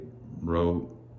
wrote